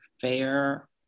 fair